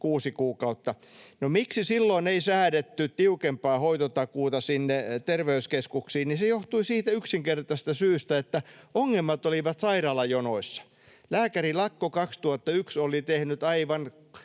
kuusi kuukautta. No se, miksi silloin ei säädetty tiukempaa hoitotakuuta sinne terveyskeskuksiin, johtui siitä yksinkertaisesta syystä, että ongelmat olivat sairaalajonoissa. Lääkärilakko 2001 oli tehnyt aivan